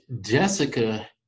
Jessica